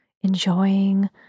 enjoying